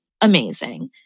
amazing